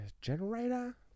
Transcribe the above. generator